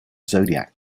zodiac